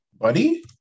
Buddy